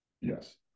Yes